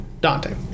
Dante